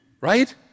right